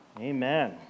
Amen